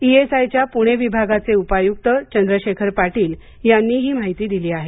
E S I च्या पुणे विभागाचे उपायुक्त चंद्रशेखर पाटील यांनी ही माहिती दिली आहे